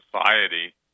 society